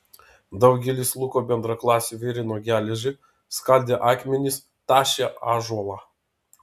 daugelis luko bendraklasių virino geležį skaldė akmenis tašė ąžuolą